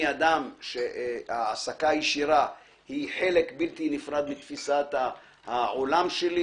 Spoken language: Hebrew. אני אדם שהעסקה ישירה היא חלק בלתי-נפרד מתפישת העולם שלי.